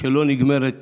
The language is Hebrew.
שלא נגמרת